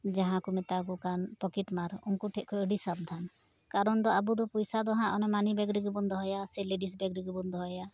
ᱡᱟᱦᱟᱠᱚ ᱢᱮᱛᱟ ᱠᱚ ᱠᱟᱱ ᱯᱚᱠᱮᱴ ᱢᱟᱨ ᱴᱷᱮᱱ ᱠᱦᱚᱱ ᱟᱹᱰᱤ ᱥᱟᱵᱫᱷᱟᱱ ᱠᱟᱨᱚᱱ ᱟᱹᱵᱩ ᱫᱚ ᱯᱚᱭᱥᱟ ᱫᱚ ᱦᱟᱸᱜ ᱢᱟᱹᱱᱤ ᱵᱟᱜ ᱨᱮᱜᱮᱵᱚᱱ ᱫᱚᱦᱚᱭᱟ ᱥᱮ ᱞᱮᱰᱤᱥ ᱵᱮᱜᱽ ᱨᱤᱜᱤᱵᱚᱱ ᱫᱚᱦᱚᱭᱟ